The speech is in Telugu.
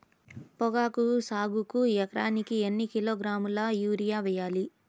పొగాకు సాగుకు ఎకరానికి ఎన్ని కిలోగ్రాముల యూరియా వేయాలి?